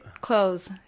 clothes